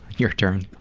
your turn.